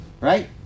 Right